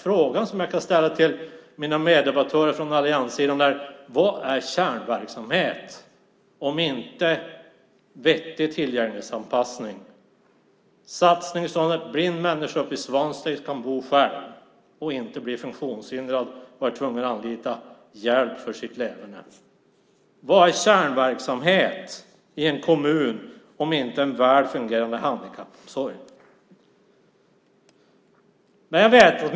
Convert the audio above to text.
Frågan som jag kan ställa till mina meddebattörer från allianssidan är vad kärnverksamhet är om inte vettig tillgänglighetsanpassning, satsning så att en blind människa kan bo själv och inte bli funktionshindrad och vara tvungen att anlita hjälp för att kunna leva. Vad är kärnverksamhet i en kommun om inte en väl fungerande handikappomsorg?